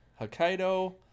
Hokkaido